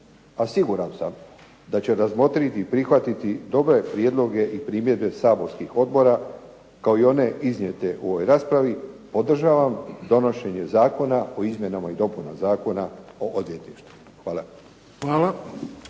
siguran sam da će razmotriti i prihvatiti dobre prijedloge i primjedbe saborskih odbora kao i one iznijete u ovoj raspravi, podržavam donošenje Zakona o izmjenama i dopunama Zakona o odvjetništvu. Hvala.